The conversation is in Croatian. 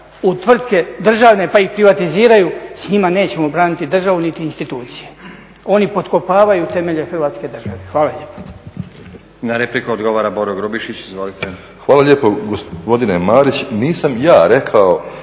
u tvrtke državne pa ih privatiziraju s njima nećemo braniti državu niti institucije, oni potkopavaju temelje Hrvatske države. Hvala lijepo. **Stazić, Nenad (SDP)** Na repliku odgovara Boro Grubišić. Izvolite. **Grubišić, Boro (HDSSB)** Hvala lijepo.